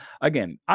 again